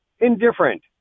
Indifferent